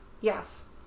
Yes